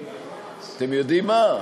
אתם יודעים מה?